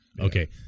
Okay